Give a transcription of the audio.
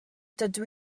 dydw